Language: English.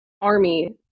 army